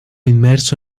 inmerso